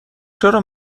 چرا